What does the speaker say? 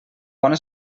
bona